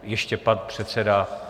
Ještě pan předseda.